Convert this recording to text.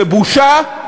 זה בושה,